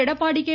Edappadi K